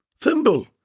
Thimble